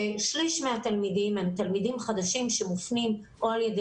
ושליש מהתלמידים הם תלמידים חדשים שמופנים או על ידי